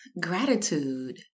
gratitude